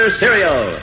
cereal